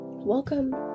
Welcome